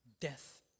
Death